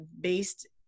based